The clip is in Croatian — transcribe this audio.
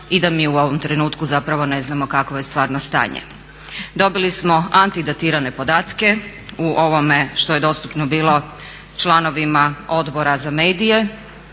i da mi u ovom trenutku zapravo ne znamo kakvo je stvarno stanje. Dobili smo antidatirane podatke u ovome što je dostupno bilo članovima Odbora za medije,